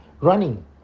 running